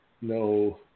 no